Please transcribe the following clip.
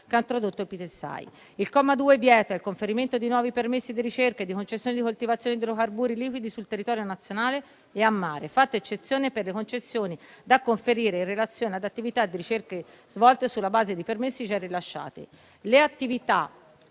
che ha introdotto il Pitesai. Il comma 2 vieta il conferimento di nuovi permessi di ricerca e di concessioni di coltivazione di idrocarburi liquidi sul territorio nazionale e a mare, fatta eccezione per le concessioni da conferire in relazione ad attività di ricerca svolte sulla base di permessi già rilasciati. Le attività